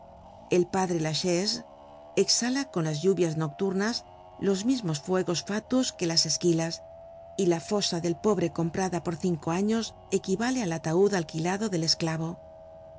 el padre lachaise exhala con las lluvias nocturnas los mismos fuegos fatuos que las ésquilias y la fosa del pobre comprada por cinco años equivale al ataud alquilado del esclavo